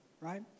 Right